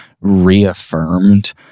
reaffirmed